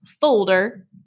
folder